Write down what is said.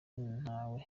natwe